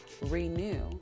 renew